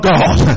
God